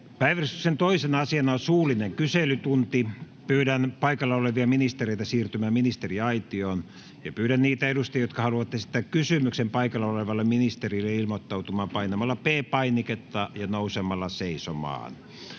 Päiväjärjestyksen 2. asiana on suullinen kyselytunti. Pyydän paikalla olevia ministereitä siirtymään ministeriaitioon. Pyydän niitä edustajia, jotka haluavat esittää kysymyksen paikalla olevalle ministerille, ilmoittautumaan painamalla P-painiketta ja nousemalla seisomaan.